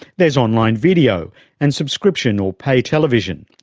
there's online video and subscription or pay television.